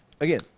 Again